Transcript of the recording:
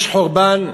יש חורבן שבא,